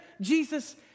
Jesus